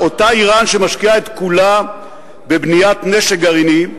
אותה אירן שמשקיעה את כולה בבניית נשק גרעיני,